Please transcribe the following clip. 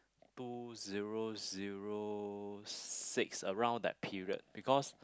two zero zero six around that period because